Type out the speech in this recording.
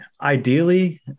ideally